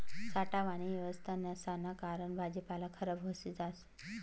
साठावानी येवस्था नसाना कारण भाजीपाला खराब व्हयी जास